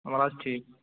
وۅلہٕ حظ ٹھیٖک